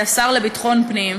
השר לביטחון הפנים,